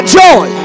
joy